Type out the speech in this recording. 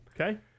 Okay